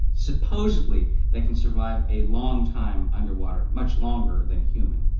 supposedly they can survive a long time under water, much longer than humans.